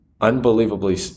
unbelievably